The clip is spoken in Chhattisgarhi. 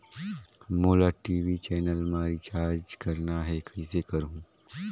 मोला टी.वी चैनल मा रिचार्ज करना हे, कइसे करहुँ?